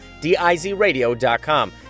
D-I-Z-Radio.com